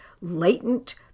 latent